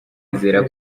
ndizera